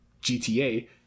GTA